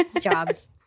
jobs